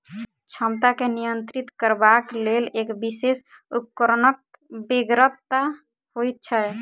क्षमता के नियंत्रित करबाक लेल एक विशेष उपकरणक बेगरता होइत छै